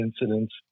incidents